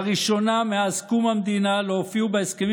לראשונה מאז קום המדינה לא הופיעו בהסכמים